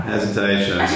Hesitation